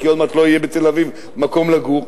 כי עוד מעט לא יהיה בתל-אביב מקום לגור,